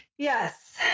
Yes